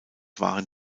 waren